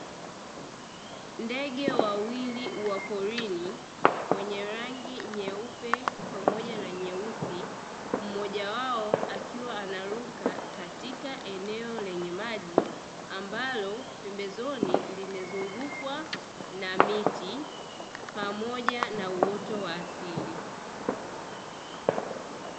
Ndege wawili wa porini wenye rangi nyeupe pamoja na nyeusi mmoja wao akiwa anaruka katika eneo lenye maji, ambalo pembezoni limezungukwa na miti pamoja na uoto wa asili.